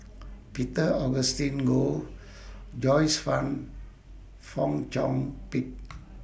Peter Augustine Goh Joyce fan Fong Chong Pik